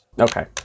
Okay